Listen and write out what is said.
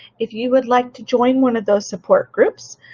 if you would like to join one of those support groups,